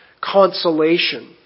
consolation